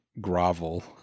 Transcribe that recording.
grovel